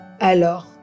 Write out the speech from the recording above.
Alors